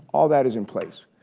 all that is in place.